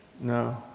No